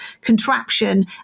contraption